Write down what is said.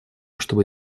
чтобы